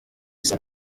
saa